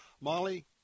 Molly